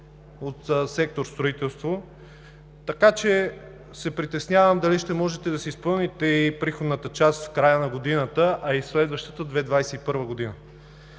от сектор „Строителство“, така че се притеснявам дали ще можете да си изпълните и приходната част в края на годината, а и следващата 2021 г.